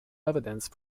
evidence